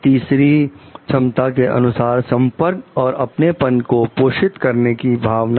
तीसरी क्षमता के अनुसार संपर्क और अपनेपन को पोषित करने की भावना है